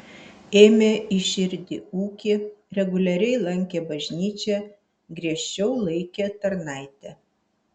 ėmė į širdį ūkį reguliariai lankė bažnyčią griežčiau laikė tarnaitę